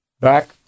Back